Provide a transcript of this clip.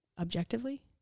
objectively